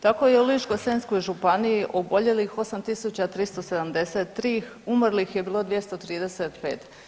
Tako je u Ličko-senjskoj županiji oboljelih 8 373, umrlih je bilo 235.